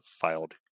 filed